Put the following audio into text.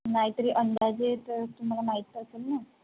नाही तरी अंदाजे तर तुम्हाला माहिती असेल ना